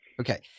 Okay